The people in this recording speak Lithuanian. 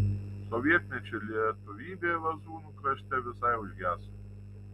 sovietmečiu lietuvybė lazūnų krašte visai užgeso